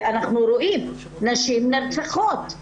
ואנחנו רואים שנשים נרצחות.